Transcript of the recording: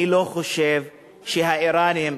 אני לא חושב שהאירנים,